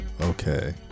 Okay